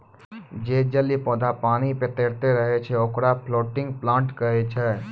जे जलीय पौधा पानी पे तैरतें रहै छै, ओकरा फ्लोटिंग प्लांट कहै छै